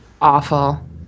awful